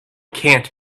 can’t